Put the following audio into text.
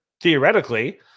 theoretically